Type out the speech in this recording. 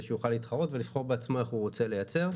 שהוא יוכל להתחרות ולבחור בעצמו איך הוא רוצה לייצר.